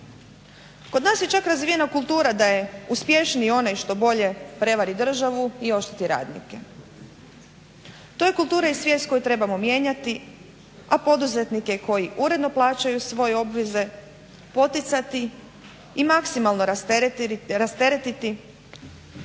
Kod nas je čak razvijena kultura da je uspješniji onaj što bolje prevari državu i ošteti radnike. To je kultura i svijest koju trebamo mijenjati, a poduzetnike koji uredno plaćaju svoje obveze poticati i maksimalno rasteretiti